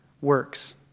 works